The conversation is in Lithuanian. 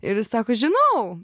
ir jis sako žinau